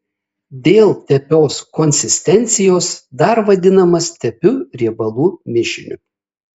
dėl tepios konsistencijos dar vadinamas tepiu riebalų mišiniu